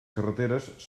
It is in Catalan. carreteres